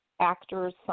actors